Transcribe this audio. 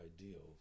ideals